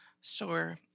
Sure